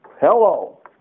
Hello